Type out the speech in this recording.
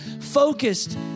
focused